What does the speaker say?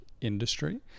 industry